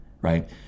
right